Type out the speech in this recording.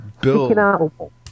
build